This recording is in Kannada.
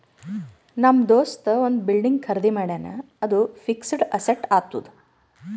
ನಮ್ ದೋಸ್ತ ಒಂದ್ ಬಿಲ್ಡಿಂಗ್ ಖರ್ದಿ ಮಾಡ್ಯಾನ್ ಅದು ಫಿಕ್ಸಡ್ ಅಸೆಟ್ ಆತ್ತುದ್